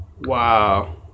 Wow